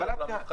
ברם,